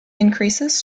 increases